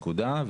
נקודה,